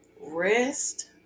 Rest